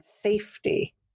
safety